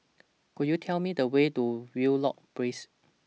Could YOU Tell Me The Way to Wheelock Place